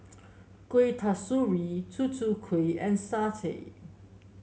Kuih Kasturi Tutu Kueh and satay